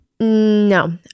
No